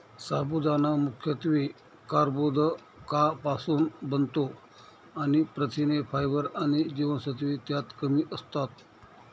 साबुदाणा मुख्यत्वे कर्बोदकांपासुन बनतो आणि प्रथिने, फायबर आणि जीवनसत्त्वे त्यात कमी असतात